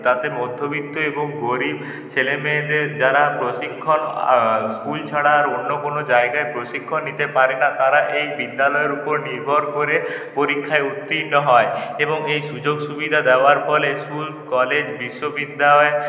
তাতে মধ্যবিত্ত এবং গরীব ছেলেমেয়েদের যারা প্রশিক্ষণ স্কুল ছাড়া আর অন্য কোনো জায়গায় প্রশিক্ষণ নিতে পারে না তারা এই বিদ্যালয়ের উপর নির্ভর করে পরীক্ষায় উত্তীর্ণ হয় এবং এই সুযোগ সুবিধা দেওয়ার ফলে স্কুল কলেজ বিশ্ববিদ্যালয়